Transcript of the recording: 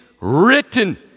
written